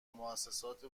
موسسات